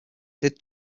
did